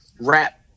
rap